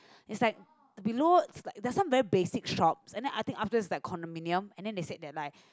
is like below the some very basic shops and then I think after is like condominium and then they said there like